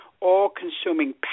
all-consuming